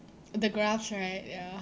the graphs right ya